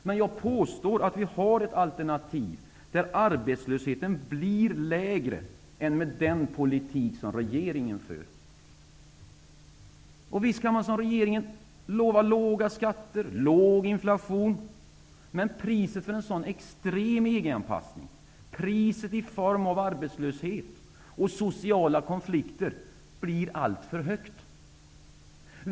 Men jag påstår att vi har ett alternativ där arbetslösheten blir lägre än med den politik som regeringen för. Visst kan man som regeringen lova låga skatter och låg inflation, men priset för en sådan extrem EG anpassning i form av arbetslöshet och sociala konflikter blir alltför högt.